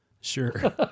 Sure